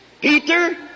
Peter